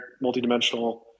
multi-dimensional